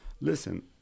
listen